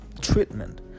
treatment